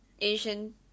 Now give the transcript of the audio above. Asian